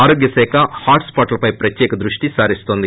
ఆరోగ్య శాఖ హాట్స్పాట్లపై ప్రత్యేక దృష్టి సారిస్తోంది